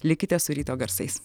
likite su ryto garsais